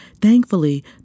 Thankfully